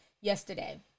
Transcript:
yesterday